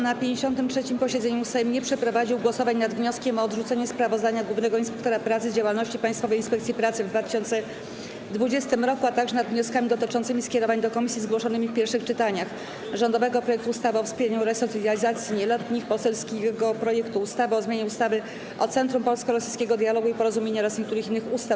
Na 53. posiedzeniu Sejm nie przeprowadził głosowań: - nad wnioskiem o odrzucenie sprawozdania głównego inspektora pracy z działalności Państwowej Inspekcji Pracy w 2020 r., - nad wnioskami dotyczącymi skierowań do komisji zgłoszonymi w pierwszych czytaniach: - rządowego projektu ustawy o wspieraniu i resocjalizacji nieletnich, - poselskiego projektu ustawy o zmianie ustawy o Centrum Polsko-Rosyjskiego Dialogu i Porozumienia oraz niektórych innych ustaw.